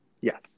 Yes